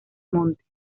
montes